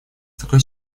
такой